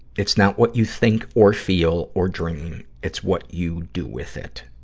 it's not what you think or feel or dream. it's what you do with it,